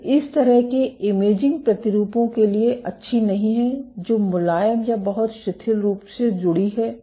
तो इस तरह के इमेजिंग प्रतिरूपों के लिए अच्छी नहीं है जो मुलायम या बहुत शिथिल रूप से जुड़ी हुई हैं